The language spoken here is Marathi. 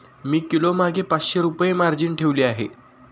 मी किलोमागे पाचशे रुपये मार्जिन ठेवली आहे